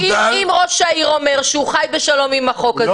ראש העיר אומר שהוא חי בשלום עם החוק הזה,